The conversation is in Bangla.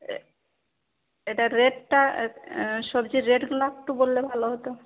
এটার রেটটা সবজির রেটগুলো একটু বললে ভালো হত